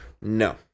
No